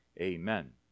amen